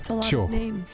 Sure